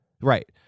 Right